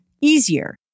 easier